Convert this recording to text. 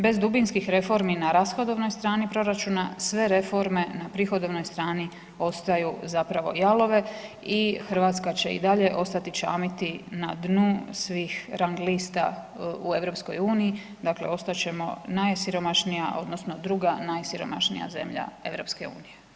Bez dubinskih reformi na rashodovnoj strani proračuna, sve reforme na prihodovnoj strani ostaju zapravo jalove i Hrvatska će i dalje ostati čamiti na dnu svih rang lista u EU, dakle ostat ćemo najsiromašnija odnosno druga najsiromašnija zemlja EU-a.